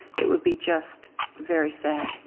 it would be just very sad.